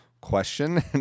question